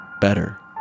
better